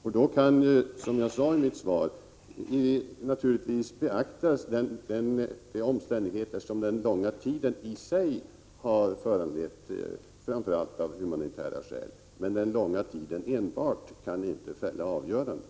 Då kan man naturligtvis, som jag sade i mitt svar, beakta de omständigheter som den långa tiden i sig har föranlett, framför allt av humanitära skäl. Men enbart den långa tiden kan inte fälla avgörandet.